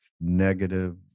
negative